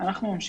אנחנו ממשיכים.